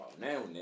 now